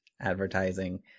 advertising